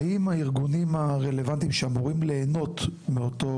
האם הארגונים הרלוונטיים שאמורים ליהנות מאותו